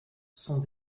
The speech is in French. sont